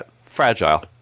Fragile